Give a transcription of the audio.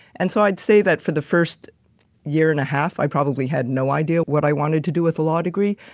and so, i'd say that for the first year and a half, i probably had no idea what i wanted to do with a law degree.